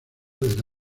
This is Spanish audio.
del